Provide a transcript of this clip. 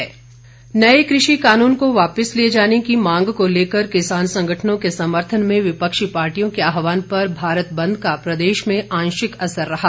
भारत बंद नए कृषि कानून को वापिस लिए जाने की मांग को लेकर किसान संगठनों के समर्थन में विपक्षी पार्टियों के आहवान पर भारत बंद का प्रदेश में आंशिक असर रहा